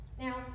Now